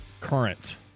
current